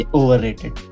overrated